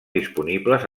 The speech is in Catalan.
disponibles